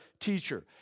teacher